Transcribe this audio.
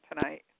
tonight